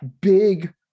big